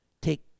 Take